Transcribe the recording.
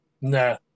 No